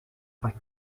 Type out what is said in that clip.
pas